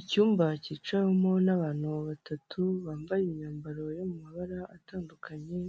Icyumba cyicawemo n'abantu batatu bambaye imyambaro yo mu mabara atandukanye,